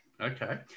Okay